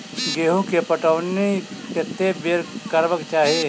गेंहूँ केँ पटौनी कत्ते बेर करबाक चाहि?